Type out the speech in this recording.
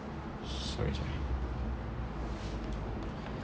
sorry sorry